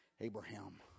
Abraham